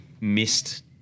missed